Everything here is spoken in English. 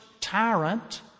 tyrant